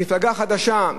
מפלגה חדשה,